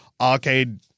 arcade